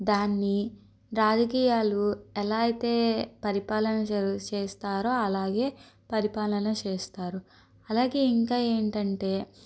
దాన్ని రాజకీయాలు ఎలా అయితే పరిపాలన జరుగు చేస్తారో అలాగే పరిపాలన చేస్తారు అలాగే ఇంకా ఏంటంటే